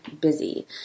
busy